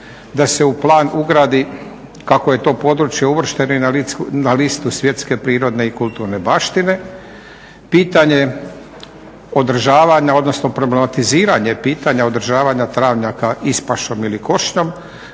da se u plan ugradi kako je to područje uvršteno i na listu svjetske prirodne i kulturne baštine, pitanje održavanja, odnosno problematiziranje pitanja održavanja travnjaka ispašom ili košnjom,